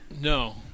No